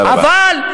אבל,